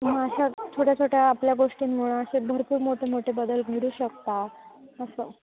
मग अशा छोट्याछोट्या आपल्या गोष्टींमुळं असे भरपूर मोठेमोठे बदल घडू शकतात असं